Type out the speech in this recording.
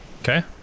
Okay